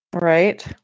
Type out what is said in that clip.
right